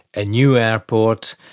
a new airport,